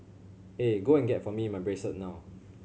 eh go and get for me my bracelet now